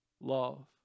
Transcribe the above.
love